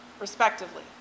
respectively